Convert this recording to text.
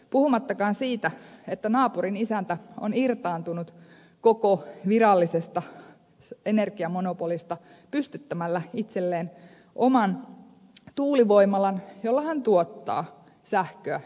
puhumattakaan siitä että naapurin isäntä on irtaantunut koko virallisesta energiamonopolista pystyttämällä itselleen oman tuulivoimalan jolla hän tuottaa sähköä ympäri vuoden